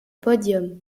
podium